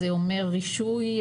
זה אומר רישוי,